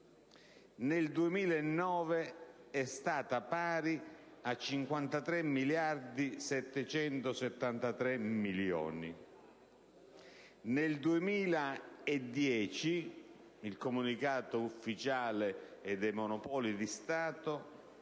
nel 2009 è stata pari a 53,773 miliardi; nel 2010 - il comunicato ufficiale è dei Monopoli di Stato